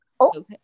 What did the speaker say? okay